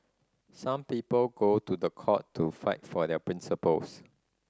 some people go to the court to fight for their principles